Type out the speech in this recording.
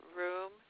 room